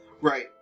Right